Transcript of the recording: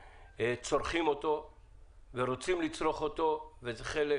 צורכים אותו ורוצים לצרוך אותו וזה חלק